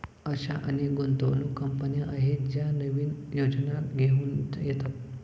अशा अनेक गुंतवणूक कंपन्या आहेत ज्या नवीन योजना घेऊन येतात